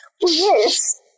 Yes